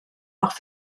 auch